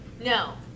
No